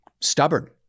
stubborn